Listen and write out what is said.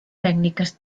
tècniques